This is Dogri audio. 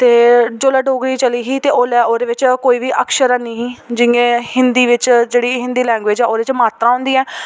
ते जेल्लै डोगरी चली ही ते ओल्लै ओह्दे बिच कोई बी अक्षर ऐनी ही जि'यां हिंदी बिच जेह्ड़ी हिंदी लैंग्वेज़ ऐ ओह्दे च मात्रा होंदी ऐ